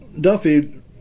Duffy